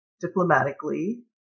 diplomatically